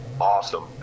awesome